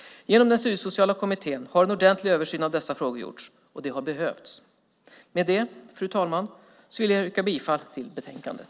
Genom Studiesociala kommittén har en ordentlig översyn av dessa frågor gjorts - och det har behövts. Med det, fru talman, yrkar jag bifall till utbildningsutskottets förslag i betänkandet.